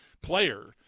player